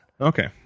Okay